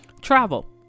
Travel